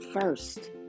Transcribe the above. first